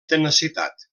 tenacitat